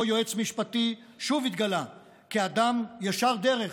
גם אותו יועץ משפטי התגלה כאדם ישר דרך,